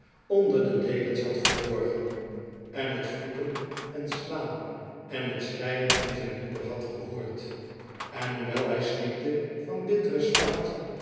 onder de deken's had verborgen en het vloeken en slaan en het schreien van zijn moeder had gehoord en hoewel hij snikte van bittere smart